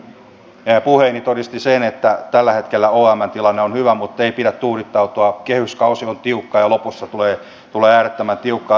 tänäänkin puheeni todisti sen että tällä hetkellä omn tilanne on hyvä mutta ei pidä tuudittautua kehyskausi on tiukka ja lopussa tulee äärettömän tiukkaa